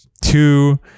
two